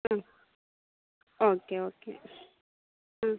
ആ okay okay ആ